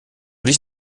dich